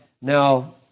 now